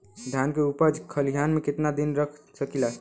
धान के उपज खलिहान मे कितना दिन रख सकि ला?